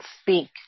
speak